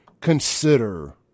consider